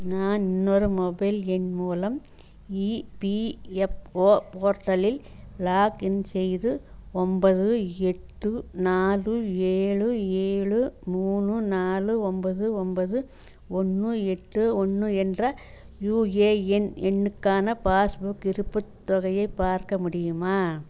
நான் இன்னொரு மொபைல் எண் மூலம் இபிஎப்ஒ போர்ட்டலில் லாக்இன் செய்து ஒன்பது எட்டு நாலு ஏழு ஏழு மூணு நாலு ஒன்பது ஒன்பது ஒன்று எட்டு ஒன்று என்ற யூஏஎன் எண்ணுக்கான பாஸ்புக் இருப்புத்தொகையை பார்க்க முடியுமா